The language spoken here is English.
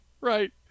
Right